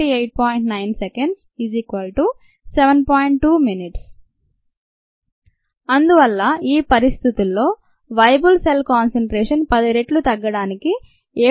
2 min అందువల్ల ఈ పరిస్థితుల్లో "వేయబుల్ సెల్ కాన్సెన్ట్రేషన్" 10 రెట్లు తగ్గడానికి 7